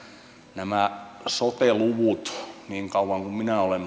nämä sote luvut niin kauan kuin minä olen